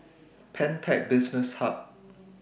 Pantech Business Hub